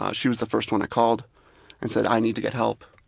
um she was the first one i called and said, i need to get help.